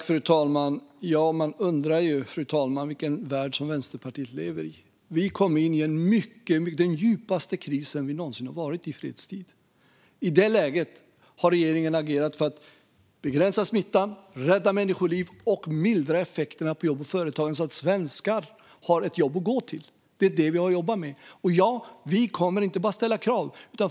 Fru talman! Man undrar vilken värld Vänsterpartiet lever i. Vi kom in i den djupaste kris vi någonsin varit i under fredstid. I det läget har regeringen agerat för att begränsa smittan, rädda människoliv och mildra effekterna på jobb och företag så att svenskar ska ha ett jobb att gå till. Det är det vi har jobbat med. Vi kommer inte bara att ställa krav.